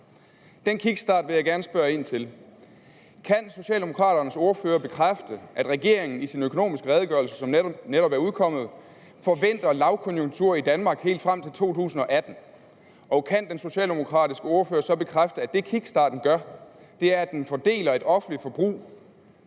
Den kickstart vil jeg gerne spørge ind til. Kan Socialdemokraternes ordfører bekræfte, at regeringen i sin økonomiske redegørelse, som netop er udkommet, forventer lavkonjunktur i Danmark helt frem til 2018? Og kan den socialdemokratiske ordfører så bekræfte, at det, kickstarten gør, er, at den fordeler et offentligt forbrug,